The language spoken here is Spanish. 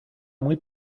muy